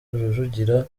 rujugira